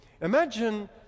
Imagine